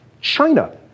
China